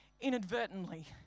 inadvertently